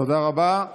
תודה רבה.